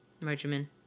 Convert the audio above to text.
regimen